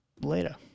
later